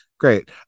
Great